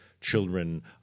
children